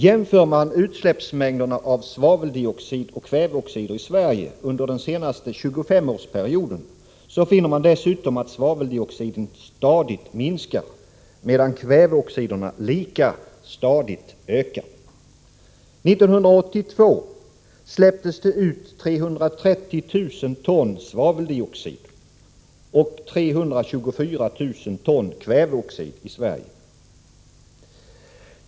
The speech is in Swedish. Jämför man utsläppsmängderna av svaveldioxid och kväveoxider i Sverige under den senaste 25-årsperioden, finner man dessutom att svaveldioxiden stadigt har minskat, medan kväveoxiderna lika stadigt har ökat. 1982 släpptes det ut 330 000 ton svaveldioxid och 324 000 ton kväveoxid i Sverige.